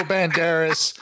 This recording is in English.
Banderas